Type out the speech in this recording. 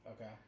okay